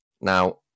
Now